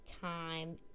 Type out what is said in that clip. time